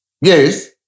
Yes